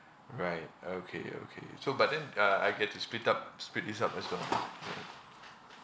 right okay okay so but then uh I get to split up split these up as well yeah